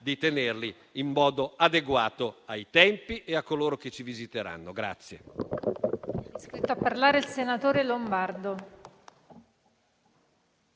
di tenerli in modo adeguato ai tempi e a coloro che ci visiteranno.